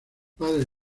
padre